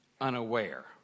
unaware